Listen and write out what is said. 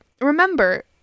remember